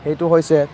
সেইটো হৈছে